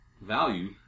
value